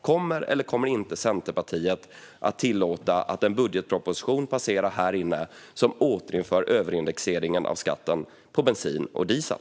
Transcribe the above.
Kommer, eller kommer inte, Centerpartiet att tillåta att en budgetproposition passerar här inne som återinför överindexeringen av skatten på bensin och diesel?